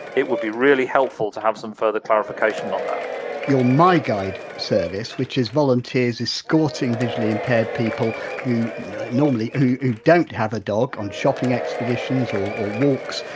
it would be really helpful to have some further clarification on that your my guide service, which is volunteers escorting visually impaired people who, normally, who don't have a dog on shopping expeditions or walks,